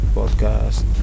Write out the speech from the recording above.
podcast